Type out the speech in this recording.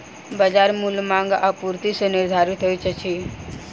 बजार मूल्य मांग आ आपूर्ति सॅ निर्धारित होइत अछि